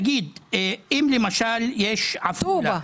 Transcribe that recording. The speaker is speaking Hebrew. איך ישובים ליד עפולה,